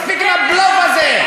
מספיק עם הבלוף הזה.